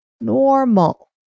normal